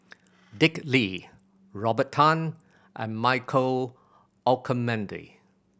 Dick Lee Robert Tan and Michael Olcomendy